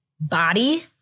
body